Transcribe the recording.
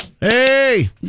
Hey